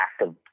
active